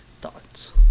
thoughts